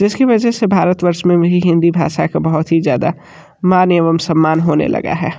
जिसकी वजह से भारतवर्ष में भी ही हिंदी भाषा का बहुत ही ज़्यादा मान एवं सम्मान होने लगा है